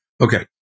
Okay